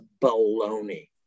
baloney